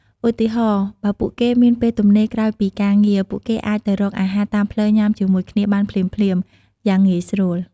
ឧទាហរណ៍៖ បើពួកគេមានពេលទំនេរក្រោយពីការងារ ពួកគេអាចទៅរកអាហារតាមផ្លូវញ៉ាំជាមួយគ្នាបានភ្លាមៗ យ៉ាងងាយស្រួល។